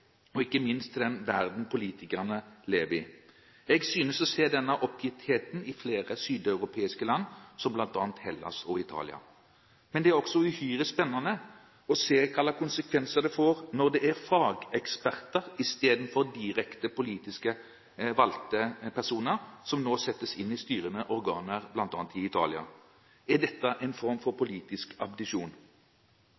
og ikke minst til den verden politikerne lever i. Jeg synes å se denne oppgittheten i flere søreuropeiske land, som bl.a. Hellas og Italia. Men det er også uhyre spennende å se hva slags konsekvenser det får når det er fageksperter i stedet for direkte politisk valgte personer som nå settes inn i styrende organer, bl.a. i Italia. Er dette en form for